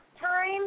time